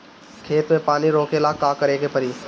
खेत मे पानी रोकेला का करे के परी?